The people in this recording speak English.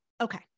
Okay